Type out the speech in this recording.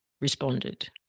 responded